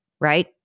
right